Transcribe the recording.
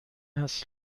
است